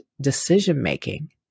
decision-making